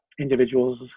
individuals